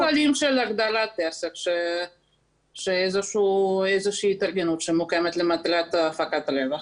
------ כללים של --- שאיזו שהיא התארגנות שמוקמת למטרת הפקת רווח.